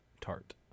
tart